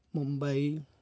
Mumbai